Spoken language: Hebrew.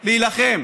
להילחם,